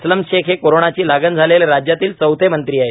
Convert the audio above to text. अस्लम शेख हे कोरोनाची लागण झालेले राज्यातील चौथे मंत्री आहेत